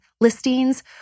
listings